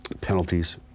penalties